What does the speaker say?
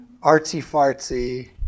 artsy-fartsy